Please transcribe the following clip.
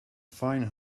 fine